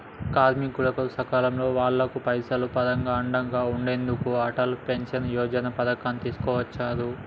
కార్మికులకు సకాలంలో వాళ్లకు పైసలు పరంగా అండగా ఉండెందుకు అటల్ పెన్షన్ యోజన పథకాన్ని తీసుకొచ్చారు